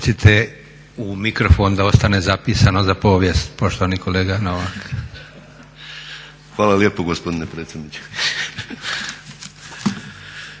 Hvala lijepo gospodine predsjedniče.